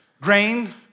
grain